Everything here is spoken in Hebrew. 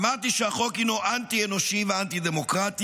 אמרתי שהחוק הינו אנטי-אנושי ואנטי-דמוקרטי,